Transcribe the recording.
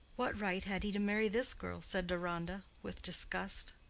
what right had he to marry this girl? said deronda, with disgust.